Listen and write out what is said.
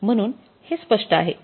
म्हणून हे स्पष्ट आहे